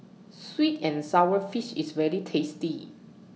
Sweet and Sour Fish IS very tasty